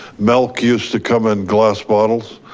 milk used to come in glass bottles.